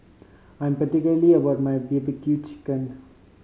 I am particular about my B B Q chicken